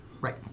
Right